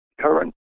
current